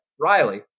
Riley